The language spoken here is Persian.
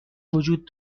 وجود